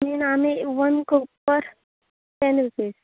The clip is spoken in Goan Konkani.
मेन आमी one cup per ten rupees